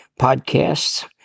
podcasts